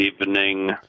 evening